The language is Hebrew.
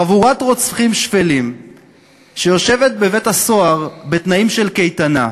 חבורת רוצחים שפלים שיושבת בבית-הסוהר בתנאים של קייטנה,